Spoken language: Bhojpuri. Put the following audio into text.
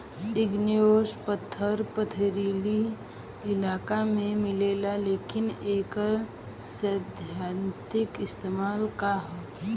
इग्नेऔस पत्थर पथरीली इलाका में मिलेला लेकिन एकर सैद्धांतिक इस्तेमाल का ह?